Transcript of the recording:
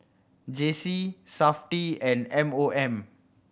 J C Safti and M O M